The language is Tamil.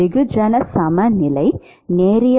வெகுஜன சமநிலை நேரியல்